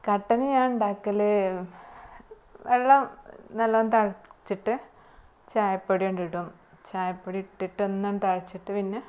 കട്ടന് ഞാൻ ഉണ്ടാക്കൽ വെള്ളം നല്ലോണം തിളച്ചിട്ട് ചായപ്പൊടി കൊണ്ടിടും ചായപ്പൊടി ഇട്ടിട്ട് ഒന്ന് തിളച്ചിട്ട് പിന്നെ